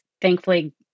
thankfully